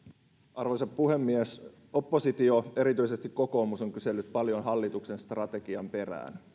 arvoisa puhemies oppositio erityisesti kokoomus on kysellyt paljon hallituksen strategian perään